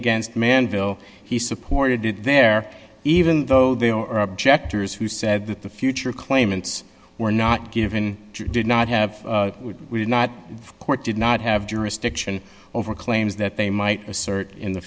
against manville he supported it there even though they are objectors who said that the future claimants were not given did not have we did not court did not have jurisdiction over claims that they might assert in the